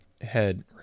head